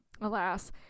alas